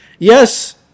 Yes